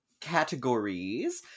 categories